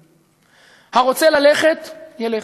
הרוצה ללכת, ילך,